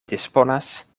disponas